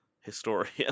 historian